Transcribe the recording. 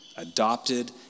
adopted